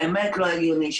באמת לא הגיוני,